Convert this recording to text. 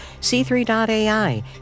C3.ai